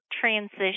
transition